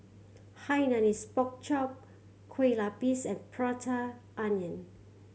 Hainanese Pork Chop Kueh Lapis and Prata Onion